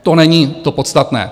To není to podstatné.